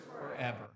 forever